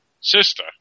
sister